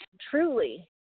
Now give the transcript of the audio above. truly